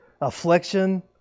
affliction